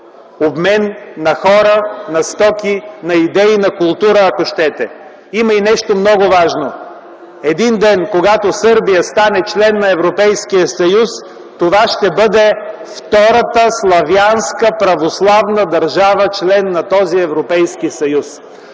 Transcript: обмен на хора, на стоки, на идеи, на култура, ако щете. Има и нещо много важно – един ден, когато Сърбия стане член на Европейския съюз, това ще бъде втората славянска православна държава – член на този Европейски съюз.